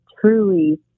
truly